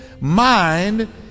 mind